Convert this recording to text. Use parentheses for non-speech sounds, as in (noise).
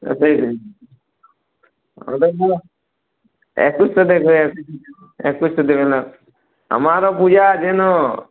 সেই (unintelligible) একুশশো টাকা একুশশো টাকা দিবে না আমারও পূজা আছে না